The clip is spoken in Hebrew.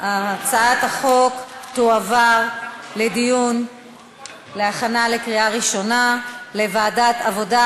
הצעת החוק תועבר לדיון ולהכנה לקריאה ראשונה לוועדת העבודה,